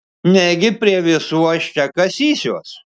negi prie visų aš čia kasysiuos